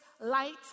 light